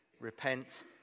Repent